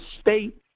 State